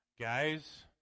guys